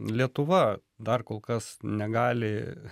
lietuva dar kol kas negali